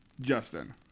Justin